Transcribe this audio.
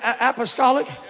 apostolic